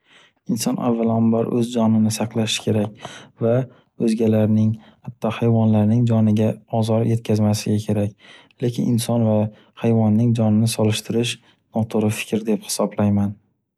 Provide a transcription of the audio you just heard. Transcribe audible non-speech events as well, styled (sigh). Inson avvalambor o’z jonini saqlashi kerak. Va (noise) o’zgalarning, hatto hayvonlarning joniga ozor yetkazmasligi kerak. Lekin inson va hayvonning jonini solishtirish noto’g’ri fikr deb hisoblayman.